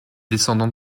descendant